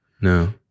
no